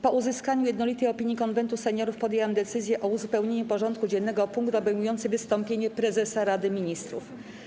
Po uzyskaniu jednolitej opinii Konwentu Seniorów podjęłam decyzję o uzupełnieniu porządku dziennego o punkt obejmujący wystąpienie prezesa Rady Ministrów.